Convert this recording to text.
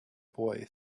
boy